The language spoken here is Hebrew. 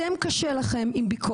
לכם קשה עם ביקורת,